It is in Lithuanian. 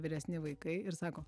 vyresni vaikai ir sako